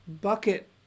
bucket